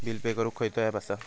Bill pay करूक खैचो app असा?